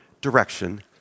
direction